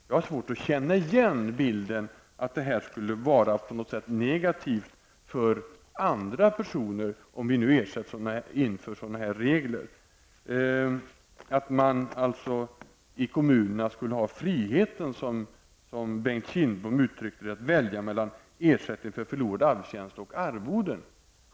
Jag känner inte igen bilden att det skulle vara på något sätt negativt för andra personer om vi inför regler som ger kommunerna frihet, som Bengt Kindbom uttrycker det, att välja mellan ersättning för förlorad arbetsförtjänst och arvode.